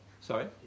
Sorry